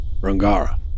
Rungara